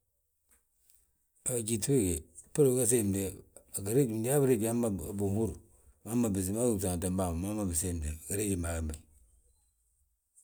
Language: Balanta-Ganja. Gyíŧi bége, binan siimde, njali ma binriiji hamma binhúrre, wi ma wi gí fnsaantem bàa ma, hamma binsiimde, giriijim bàa wembe.